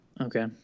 Okay